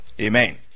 Amen